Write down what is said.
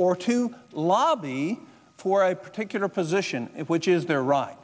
or to lobby for i particular position which is their right